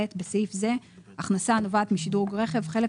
(ב) בסעיף זה "הכנסה הנובעת משדרוג רכב" חלק